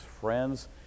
friends